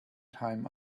time